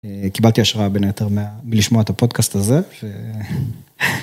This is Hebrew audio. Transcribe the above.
קיבלתי השראה בין היתר מלשמוע את הפודקאסט הזה.